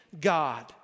God